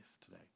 today